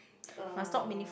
uh